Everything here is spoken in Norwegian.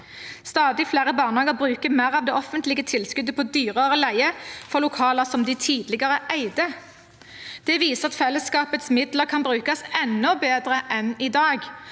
Stadig flere barnehager bruker mer av det offentlige tilskuddet på dyrere leie for lokaler som de tidligere eide. Det viser at fellesskapets midler kan brukes enda bedre enn i dag.